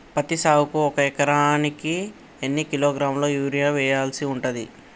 పత్తి సాగుకు ఒక ఎకరానికి ఎన్ని కిలోగ్రాముల యూరియా వెయ్యాల్సి ఉంటది?